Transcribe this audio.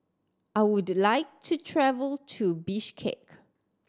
I would like to travel to Bishkek